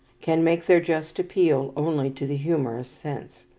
can make their just appeal only to the humorous sense.